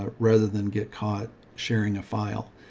ah rather than get caught sharing a file.